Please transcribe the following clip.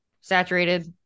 saturated